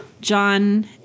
John